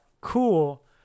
cool